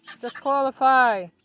Disqualify